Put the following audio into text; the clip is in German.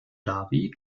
dhabi